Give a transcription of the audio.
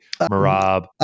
Marab